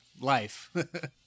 Life